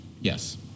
yes